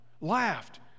laughed